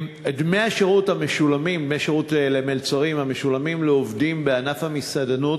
דמי השירות למלצרים המשולמים לעובדים בענף המסעדנות